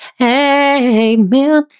amen